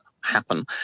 happen